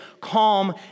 calm